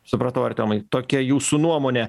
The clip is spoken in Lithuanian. supratau artiomai tokia jūsų nuomonė